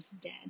dead